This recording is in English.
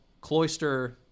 cloister